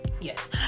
Yes